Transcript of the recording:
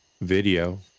video